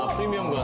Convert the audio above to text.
ah premium